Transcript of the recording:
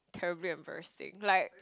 terribly embarrassing like